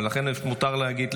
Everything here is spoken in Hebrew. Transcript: ולכן מותר להגיד,